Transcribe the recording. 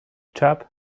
chap